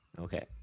Okay